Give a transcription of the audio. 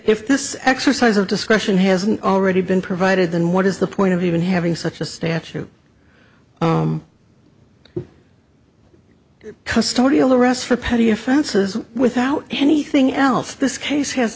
if this exercise of discretion hasn't already been provided then what is the point of even having such a statute custody all arrests for petty offenses without anything else this case has